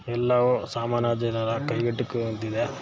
ಎಲ್ಲವೂ ಸಾಮಾನ್ಯ ಜನರ ಕೈಗೆಟುಕುವಂತಿದೆ